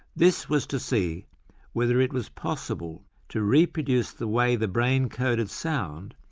this was to see whether it was possible to reproduce the way the brain coded sound,